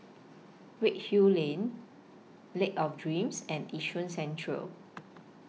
Redhill Lane Lake of Dreams and Yishun Central